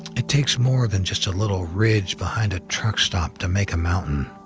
it takes more than just a little ridge behind a truck stop to make a mountain.